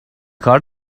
کار